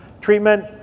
Treatment